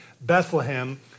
Bethlehem